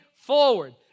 forward